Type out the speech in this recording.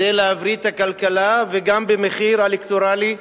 כדי להבריא את הכלכלה, וגם במחיר אלקטורלי,